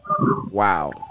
Wow